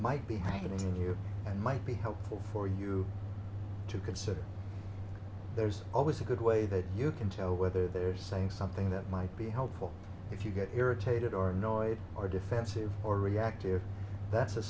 might be happening to you and might be helpful for you to consider there's always a good way that you can tell whether they're saying something that might be helpful if you get irritated or annoyed or defensive or reactive that's a